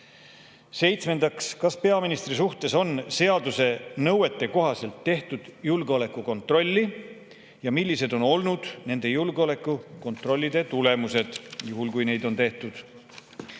Seitsmendaks, kas peaministri suhtes on seaduse nõuete kohaselt tehtud julgeolekukontrolle ja millised on olnud nende julgeolekukontrollide tulemused, juhul kui neid on tehtud?